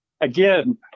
Again